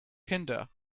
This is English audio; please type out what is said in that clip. hinder